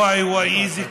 וויי, וויי, איזה קוסם.